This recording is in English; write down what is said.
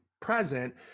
present